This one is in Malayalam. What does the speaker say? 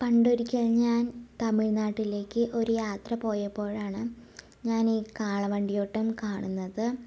പണ്ടൊരിക്കൽ ഞാൻ തമിഴ്നാട്ടിലേക്ക് ഒര് യാത്ര പോയപ്പോഴാണ് ഞാനീ കാളവണ്ടിയോട്ടം കാണുന്നത്